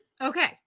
okay